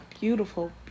beautiful